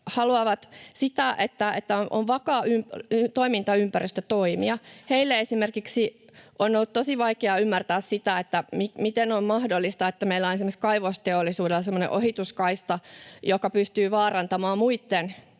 haluavat sitä, että on vakaa toimintaympäristö toimia. Heidän on esimerkiksi ollut tosi vaikea ymmärtää sitä, miten on mahdollista, että meillä esimerkiksi kaivosteollisuudella on semmoinen ohituskaista, joka pystyy vaarantamaan muitten